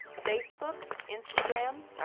facebook, instagram,